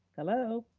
hello?